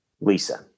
Lisa